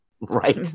right